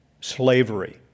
slavery